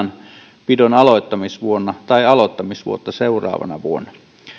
tilanpidon aloittamisvuonna tai aloittamisvuotta seuraavana vuonna